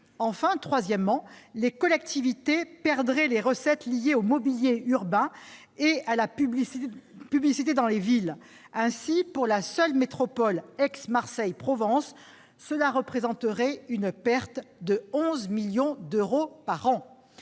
Troisièmement, enfin, les collectivités perdraient les recettes liées au mobilier urbain et à la publicité dans les villes. Pour la seule métropole d'Aix-Marseille-Provence, cela représenterait une perte de 11 millions d'euros par an.